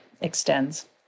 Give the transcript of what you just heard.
extends